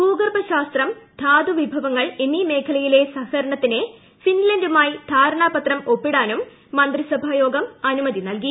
ഭൂഗർഭശാസ്ത്രം ധാതുവിഭവങ്ങൾ എന്നീ മേഖലയിലെ സഹകരണത്തിന് ഫിൻലൻഡുമായി ധാരണപത്രം ഒപ്പിടാനും മന്ത്രിസഭായോഗം അനുമതി നൽകി